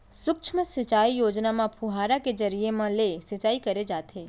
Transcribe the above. सुक्ष्म सिंचई योजना म फुहारा के जरिए म ले सिंचई करे जाथे